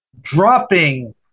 Dropping